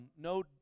no